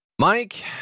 Mike